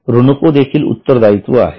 ऋणको देखील उत्तरदायित्व आहे